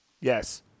Yes